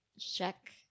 check